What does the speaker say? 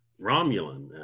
Romulan